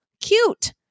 cute